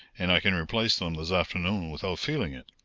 and i can replace them this afternoon without feeling it.